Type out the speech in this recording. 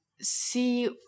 see